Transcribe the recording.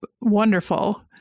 wonderful